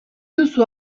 duzu